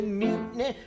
mutiny